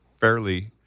fairly